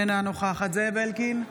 אינה נוכחת זאב אלקין,